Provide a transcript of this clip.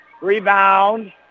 Rebound